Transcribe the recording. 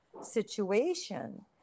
situation